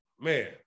Man